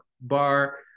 bar